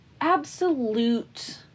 absolute